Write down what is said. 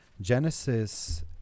Genesis